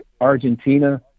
Argentina